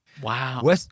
Wow